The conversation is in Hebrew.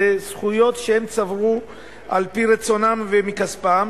אלה זכויות שהם צברו על-פי רצונם ומכספם